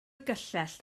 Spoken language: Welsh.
gyllell